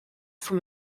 from